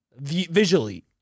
Visually